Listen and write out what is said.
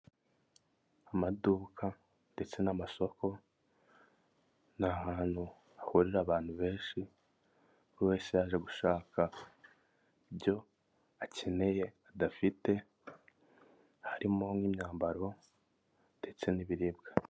Amaduka ndetse n'amasoko ni ahantu hahurira abantu benshi buri wese yaje gushaka ibyo akeneye adafite harimo nk'imyambaro ndetse n'ibiribwa.